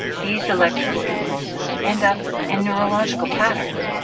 these electrical impulses end up in neurological patterns,